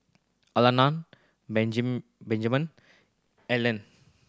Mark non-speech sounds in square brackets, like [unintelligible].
Alannah [unintelligible] Benjman Ellen